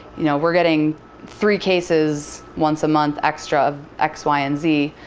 you know we're getting three cases, once a month extra, of x, y, and z.